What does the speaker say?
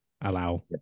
allow